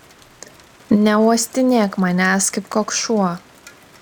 neuostinėk manęs kaip koks šuo